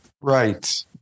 Right